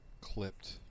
clipped